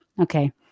Okay